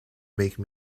make